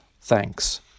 Thanks